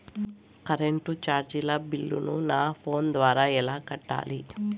Current చార్జీల బిల్లును, నా ఫోను ద్వారా ఎలా కట్టాలి?